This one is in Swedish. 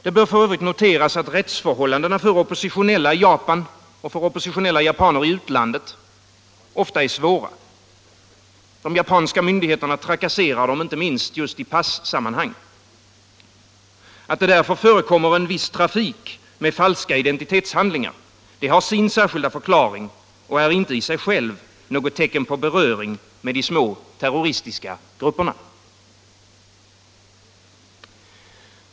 Det bör f. ö. noteras att rättsförhållandena för oppositionella i Japan och för oppositionella japaner i utlandet ofta är svåra. De japanska myndigheterna trakasserar dem, inte minst just i passammanhang. Att det förekommer viss trafik med falska identitetshandlingar har därför sin särskilda förklaring och är inte i sig självt något tecken på beröring med de små terroristiska grupperna.